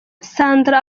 sandra